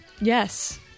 Yes